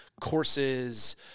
courses